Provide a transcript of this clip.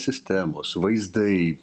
sistemos vaizdai